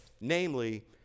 Namely